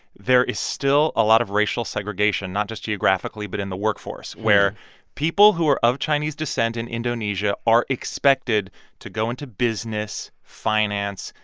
there is still a lot of racial segregation, not just geographically but in the workforce, where people who are of chinese descent in indonesia are expected to go into business, finance,